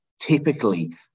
typically